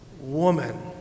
Woman